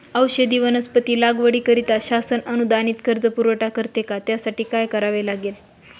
औषधी वनस्पती लागवडीकरिता शासन अनुदानित कर्ज पुरवठा करते का? त्यासाठी काय करावे लागेल?